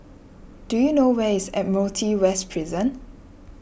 do you know where is Admiralty West Prison